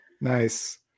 Nice